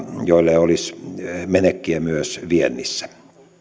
joille olisi menekkiä myös viennissä